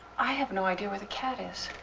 i have no idea where the cat is.